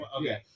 okay